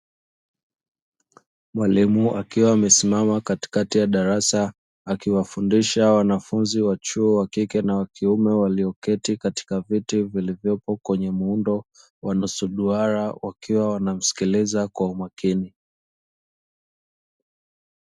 Mwalimu akiwa amesimama katikati ya darasa, akiwafundisha wanafunzi wa chuo wa kike na wa kiume. Walioketi katika viti vilivyopo kwenye muundo wa nusu duara, wakiwa wanamsikiliza kwa umakini.